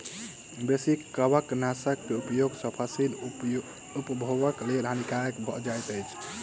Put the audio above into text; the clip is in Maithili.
बेसी कवकनाशक के उपयोग सॅ फसील उपभोगक लेल हानिकारक भ जाइत अछि